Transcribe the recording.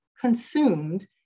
consumed